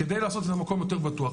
כדי לעשות את המקום יותר בטוח.